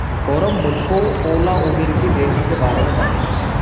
गौरव मुझको ओला उबेर की रेटिंग के बारे में जानना था